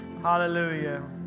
Hallelujah